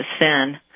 sin